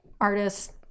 artists